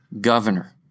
governor